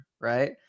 right